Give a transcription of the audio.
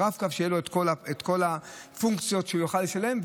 שלרב-קו תהיינה כל הפונקציות שהוא יוכל לשלם,